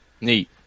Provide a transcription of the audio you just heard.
Neat